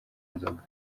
inzoga